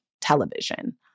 television